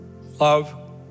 Love